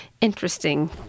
interesting